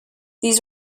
these